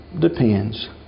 depends